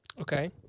Okay